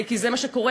כי זה מה שקורה,